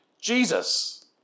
Jesus